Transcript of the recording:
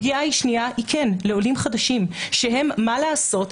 הפגיעה השנייה היא בעולים חדשים שמה לעשות,